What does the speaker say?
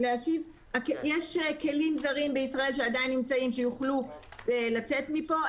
יש כלים זרים בישראל שעדיין נמצאים שיוכלו לצאת מפה.